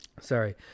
sorry